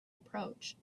approached